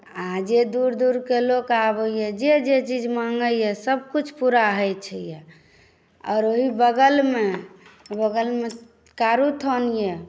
आ जे दूर दूरके लोक आबैए जे जे चीज माँगैए सभकुछ पूरा होइत छै यए आओर ओहि बगलमे कारूस्थान यए